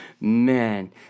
man